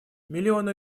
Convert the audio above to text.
миллионы